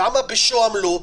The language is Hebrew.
למה בשוהם לא?